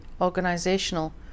organizational